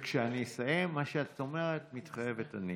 וכשאני אסיים, מה שאת אומרת הוא: "מתחייבת אני".